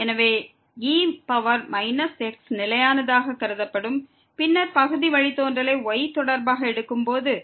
எனவே e power minus x நிலையானதாக கருதப்படும் பின்னர் பகுதி வழித்தோன்றலை y தொடர்பாக எடுக்கும்போது